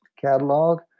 catalog